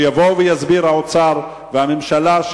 שיבוא ויסבירו האוצר והממשלה,